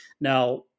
now